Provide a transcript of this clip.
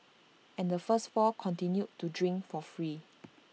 and the first four continued to drink for free